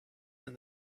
than